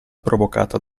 provocata